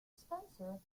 spencer